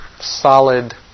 solid